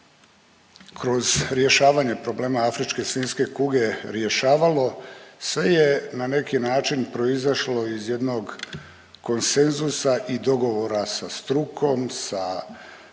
kroz rješavanje problema afričke svinjske kuge rješavalo sve je na neki način proizašlo iz jednog konsenzusa i dogovora sa strukom, sa